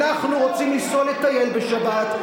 אנחנו רוצים לנסוע לטייל בשבת.